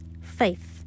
Faith